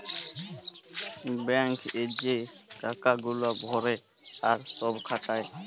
bank এ যে টাকা গুলা ভরে আর সব খাটায়